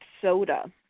soda